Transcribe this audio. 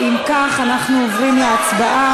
אם כך, אנחנו עוברים להצבעה.